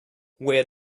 where